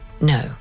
No